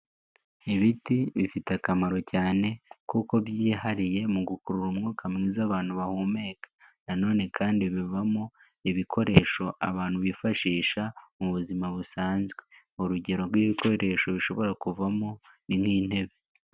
Ibiti bifite akamaro cyane kuko byihariye mu gukurura umwuka mwiza abantu bahumeka nanone kandi bivamo ibikoresho abantu bifashisha mu buzima busanzwe, urugero rw'ibikoresho bishobora kuvamo ni nk'intebe.